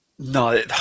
No